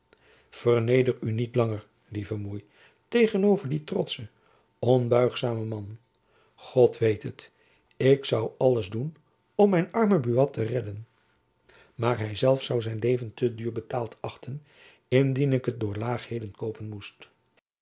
u niet langer lieve moei tegen over dien trotschen onbuigzamen man god weet het ik zoû alles doen om mijn armen buat te redden maar hy zelf zoû zijn leven te duur betaald achten indien ik het door laagheden koopen moest